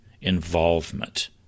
involvement